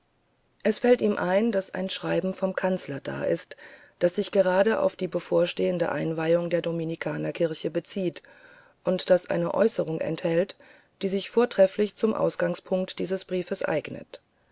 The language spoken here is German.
es fällt ihm ein daß ein schreiben vom kanzler da ist das sich gerade auf die bevorstehende einweihung der dominikanerkirche bezieht und das eine äußerung enthält die sich vortrefflich zum ausgangspunkte dieses briefes eignet